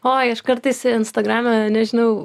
oi aš kartais instagrame nežinau